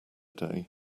day